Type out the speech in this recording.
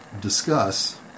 discuss